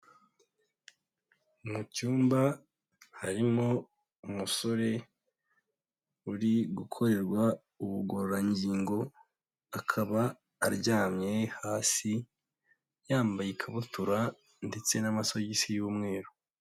Mu cyumba harimo umusore uri gukorerwa ubugororangingo, akaba aryamye hasi, yambaye ikabutura ndetse n'amasogisi y'umweru.